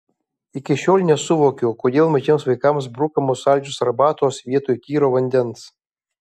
iki šiol nesuvokiu kodėl mažiems vaikams brukamos saldžios arbatos vietoj tyro vandens